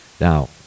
Now